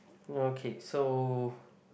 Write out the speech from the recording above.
okay so